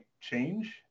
change